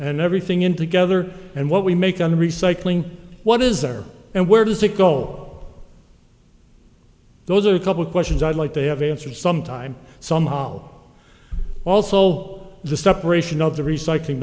and everything in together and what we make of the recycling what is there and where does it go those are a couple of questions i'd like to have answered some time some hollow also the separation of the recycling